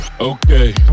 Okay